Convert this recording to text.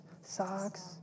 socks